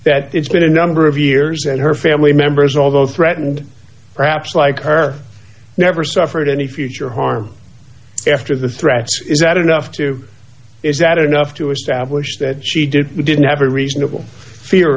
that it's been a number of years and her family members although threatened perhaps like her never suffered any future harm after the threat is that enough to is that enough to establish that she did didn't have a reasonable fear